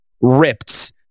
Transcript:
ripped